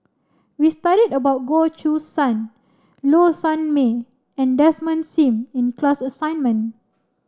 we studied about Goh Choo San Low Sanmay and Desmond Sim in class assignment